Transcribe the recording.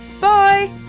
Bye